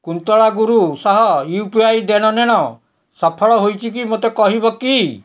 କୁନ୍ତଳା ଗୁରୁ ସହ ୟୁପିଆଇ ଦେଣନେଣ ସଫଳ ହୋଇଛି କି ମୋତେ କହିବକି